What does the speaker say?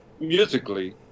musically